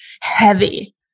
heavy